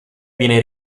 viene